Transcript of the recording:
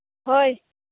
ᱦᱳᱭ